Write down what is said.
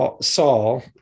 Saul